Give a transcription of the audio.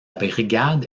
brigade